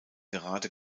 gerade